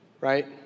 right